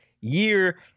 year